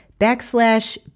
backslash